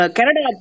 Canada